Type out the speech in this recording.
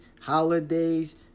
holidays